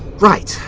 right.